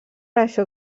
això